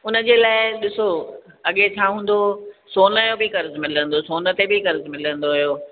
उनजे लाइ ॾिसो अॻे छा हूंदो हुओ सोन जो बि कर्ज़ु मिलंदो हुओ सोन ते बि कर्ज़ु मिलंदो हुओ